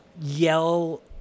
yell